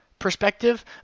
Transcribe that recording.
Perspective